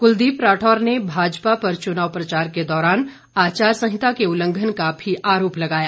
कुलदीप राठौर ने भाजपा पर चुनाव प्रचार के दौरान आचार संहिता के उल्लंघन का भी आरोप लगाया